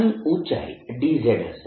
આની ઊચાઈ dz હશે